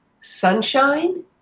sunshine